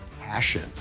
passion